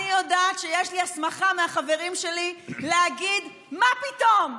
אני יודעת שיש לי הסמכה מהחברים שלי להגיד: מה פתאום?